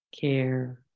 care